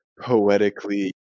poetically